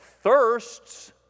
thirsts